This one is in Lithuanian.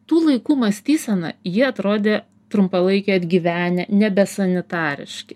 tų laikų mąstysena jie atrodė trumpalaikiai atgyvenę nebesanitariški